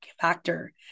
factor